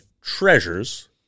treasures